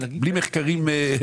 עליהם וזה בלי מחקרים בריאותיים.